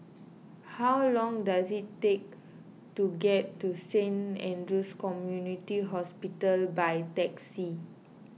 how long does it take to get to Saint andrew's Community Hospital by taxi